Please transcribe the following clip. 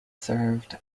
served